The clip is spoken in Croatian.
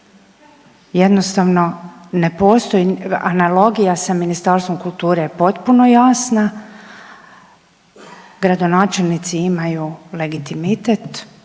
ne postoji, analogija sa Ministarstvom kulture je potpuno jasna, gradonačelnici imaju legitimitet,